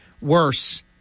worse